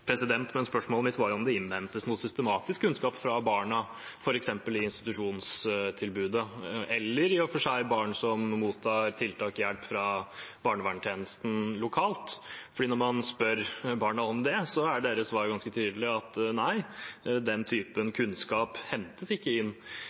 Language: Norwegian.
Spørsmålet mitt var om det systematisk innhentes noe kunnskap fra barna, f.eks. i institusjonstilbudet, eller i og for seg fra barn som mottar tiltak eller hjelp fra barnevernstjenesten lokalt. Når man spør barna om det, er svarene deres ganske tydelig at nei, den typen